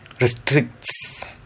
restricts